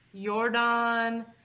Jordan